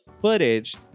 footage